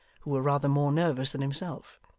who were rather more nervous than himself.